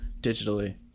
digitally